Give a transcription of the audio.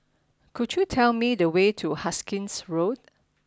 could you tell me the way to Hastings Road